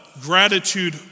gratitude